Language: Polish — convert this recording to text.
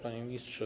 Panie Ministrze!